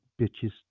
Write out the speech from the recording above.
bitches